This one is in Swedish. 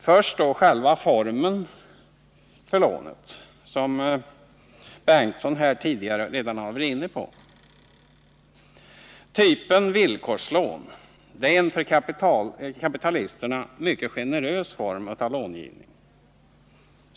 Först något om själva formen för lånet, som Hugo Bengtsson redan har varit inne på: Villkorslån är en för kapitalisterna mycket generös form av långivning.